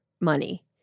money